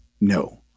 No